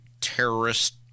terrorist